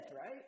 right